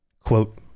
Quote